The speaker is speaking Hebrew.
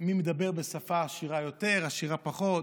מי מדבר בשפה עשירה יותר, עשירה פחות.